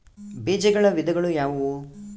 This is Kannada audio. ಬೇಜಗಳ ವಿಧಗಳು ಯಾವುವು?